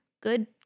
good